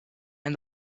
and